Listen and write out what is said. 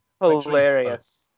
Hilarious